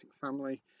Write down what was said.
family